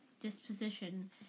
disposition